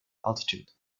altitude